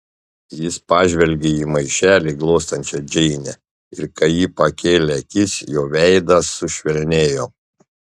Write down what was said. jis pažvelgė į maišelį glostančią džeinę ir kai ji pakėlė akis jo veidas sušvelnėjo